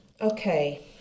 Okay